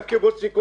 גם קיבוצניקיות,